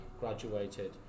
graduated